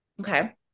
okay